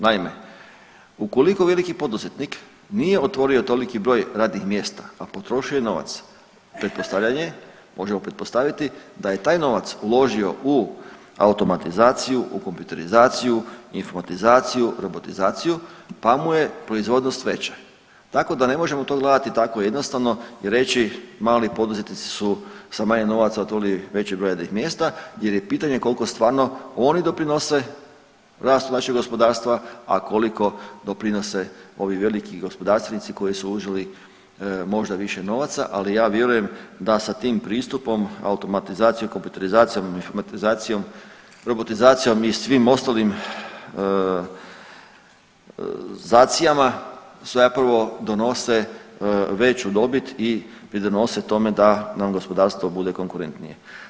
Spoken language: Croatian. Naime, ukoliko veliki poduzetnik nije otvorio toliki broj radnih mjesta, a potrošio je novac, pretpostavljanje je, možemo pretpostaviti da je taj novac uložio u automatizaciju, u kompjuterizaciju, informatizaciju, robotizaciju, pa mu je proizvodnost veća, tako da ne možemo to gledati tako jednostavno i reći mali poduzetnici su sa manje novaca otvorili veći broj radnih mjesta jer je pitanje kolko stvarno oni doprinose rastu našeg gospodarstva, a koliko doprinose ovi veliki gospodarstvenici koji su uzeli možda više novaca, ali ja vjerujem da sa tim pristupom automatizacijom, kompjuterizacijom, informatizacijom, robotizacijom i svim ostalim zacijama zapravo donose veću dobit i pridonose tome da nam gospodarstvo bude konkurentnije.